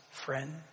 friend